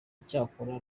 icyakora